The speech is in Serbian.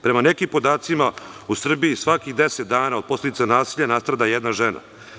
Prema nekim podacima, u Srbiji svakih 10 dana od posledica nasilja nastrada jedna žena.